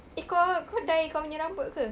eh kau kau dye kau punya rambut ke